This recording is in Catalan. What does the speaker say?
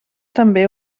també